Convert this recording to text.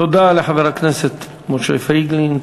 תודה לחבר הכנסת משה פייגלין.